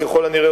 ככל הנראה,